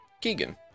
Keegan